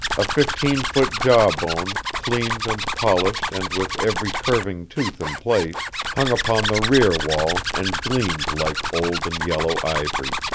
a fifteen-foot jawbone, cleaned and polished and with every curving tooth in place, hung upon the rear wall and gleamed like old and yellow ivory.